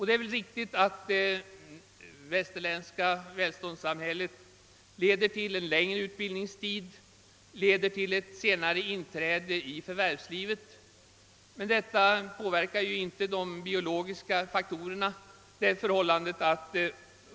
Det är väl också riktigt att det västerländska välståndssamhället leder till en längre utbildningstid och ett senare inträde i arbetslivet. Detta påverkar dock inte de biologiska faktorerna.